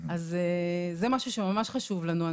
זה משהו שממש חשוב לנו.